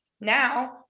Now